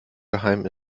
geheim